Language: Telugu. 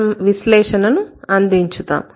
మనం విశ్లేషణను అందించుతాం